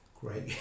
great